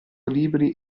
libri